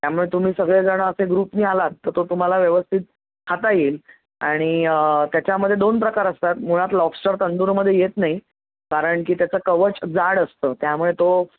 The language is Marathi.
त्यामुळे तुम्ही सगळेजणं असे ग्रुपने आलात तर तो तुम्हाला व्यवस्थित खाता येईल आणि त्याच्यामध्ये दोन प्रकार असतात मुळात लॉबस्टर तंदूरमध्ये येत नाही कारण की त्याचं कवच जाड असतं त्यामुळे तो